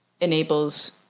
enables